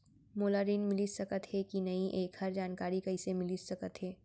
मोला ऋण मिलिस सकत हे कि नई एखर जानकारी कइसे मिलिस सकत हे?